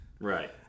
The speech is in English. Right